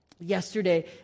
Yesterday